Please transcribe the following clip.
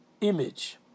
image